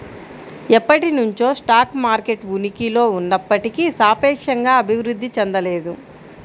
ఎప్పటినుంచో stock market ఉనికిలో ఉన్నప్పటికీ సాపేక్షంగా అభివృద్ధి చెందలేదు